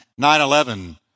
9-11